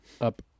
up